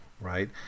right